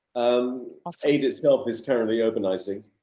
um i'll say this help is currently urbanising.